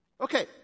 Okay